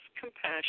compassion